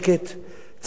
צריך להמשיך אותה,